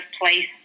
place